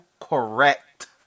correct